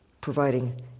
providing